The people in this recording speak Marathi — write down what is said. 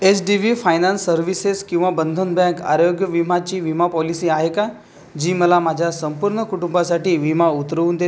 H D B finance services किंवा बंधन बँक आरोग्य विमाची विमा पॉलिसी आहे का जी मला माझ्या संपूर्ण कुटुंबासाठी विमा उतरवू देते